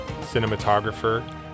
cinematographer